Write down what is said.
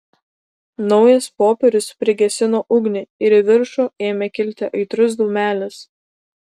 naujas popierius prigesino ugnį ir į viršų ėmė kilti aitrus dūmelis